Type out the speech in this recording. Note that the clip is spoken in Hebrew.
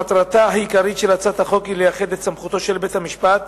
מטרתה העיקרית של הצעת החוק היא לייחד את סמכותו של בית-המשפט